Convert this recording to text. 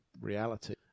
reality